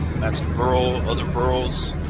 mat-su borough, other boroughs,